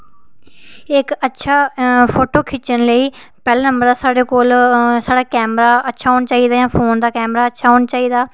इक्क अच्छा फोटो खिच्चन लेई पैह्लें ते साढ़े कोल साढ़ा कैमरा अच्छा होना चाहिदा जां फोन दा कैमरा अच्छा होना चाहिदा